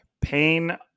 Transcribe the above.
pain